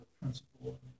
principle